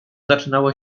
zaczynało